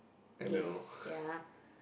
games ya